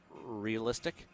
realistic